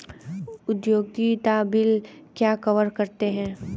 उपयोगिता बिल क्या कवर करते हैं?